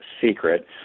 secret